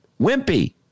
wimpy